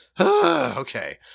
Okay